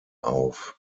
auf